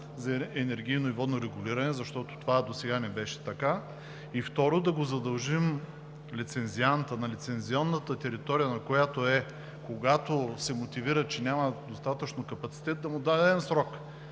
за енергийно и водно регулиране, защото това досега не беше така. Второ, да задължим лицензианта на лицензионната територия, на която е, когато се мотивира, че няма достатъчно капацитет, да му дадем срок